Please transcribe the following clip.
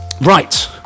Right